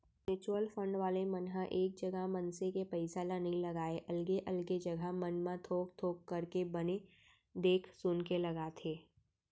mutual fund वाले मन ह एक जगा मनसे के पइसा ल नइ लगाय अलगे अलगे जघा मन म थोक थोक करके बने देख सुनके लगाथे